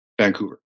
Vancouver